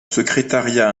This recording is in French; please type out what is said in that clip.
secrétariat